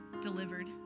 delivered